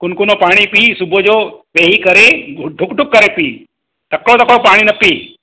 कुनकुनो पाणी पीउ सुबुह जो वेही करे ढुकु ढुकु करे पीउ तकिड़ो तकिड़ो पाणी न पीउ